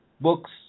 books